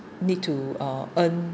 need to uh earn